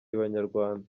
banyarwanda